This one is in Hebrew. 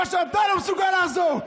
במה שאתה לא מסוגל לעזור,